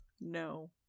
No